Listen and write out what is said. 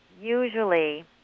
usually